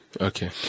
Okay